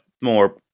more